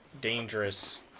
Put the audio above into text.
dangerous